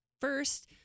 first